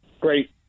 Great